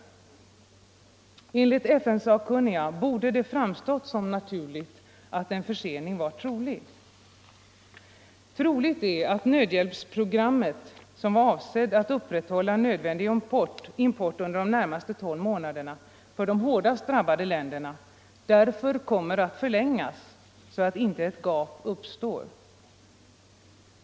Enligt FN-sakkunniga borde det framstått som naturligt att en försening kunde uppstå. Troligt är att nödhjälpsprogrammet som var avsett att upprätthålla nödvändig import under de närmaste tolv månaderna för de hårdast drabbade länderna därför kommer att förlängas, så att inte ett gap uppstår.